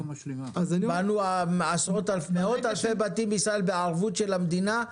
בנו מאות אלפי בתים בישראל בערבות של המדינה.